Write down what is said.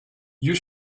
you